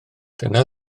dyma